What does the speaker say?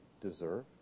deserve